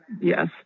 Yes